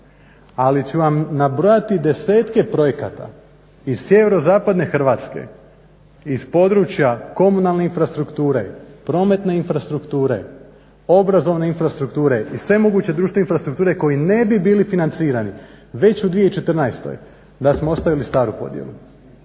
Ali ću vam nabrojati desetke projekata iz sjeverozapadne Hrvatske iz područja komunalne infrastrukture prometne infrastrukture, obrazovne infrastrukture i sve moguće društva infrastrukture koji ne bi bili financirani već u 2014. da smo ostavili staru podjelu.